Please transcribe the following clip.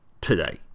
today